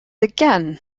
again